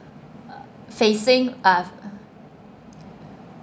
facing ah